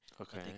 Okay